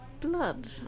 blood